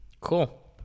Cool